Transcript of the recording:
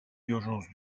d’urgence